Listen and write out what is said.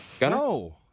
No